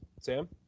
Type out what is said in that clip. Sam